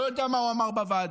לא יודע מה הוא אמר בוועדה,